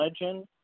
Legend